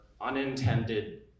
unintended